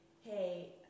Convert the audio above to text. hey